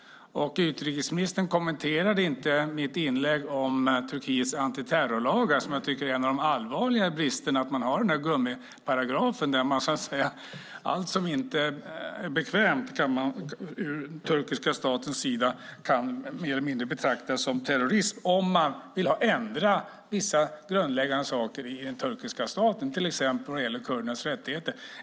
Utrikesministern kommenterade inte mitt inlägg om Turkiets antiterrorlagar som jag tycker är en av de allvarligare bristerna. Man har alltså en gummiparagraf där allt som inte är bekvämt för den turkiska staten mer eller mindre kan betraktas som terrorism. Det kan vara att man vill ändra vissa grundläggande saker i den turkiska staten, till exempel vad gäller kurdernas rättigheter.